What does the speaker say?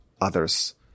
others